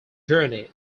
journey